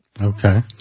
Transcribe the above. Okay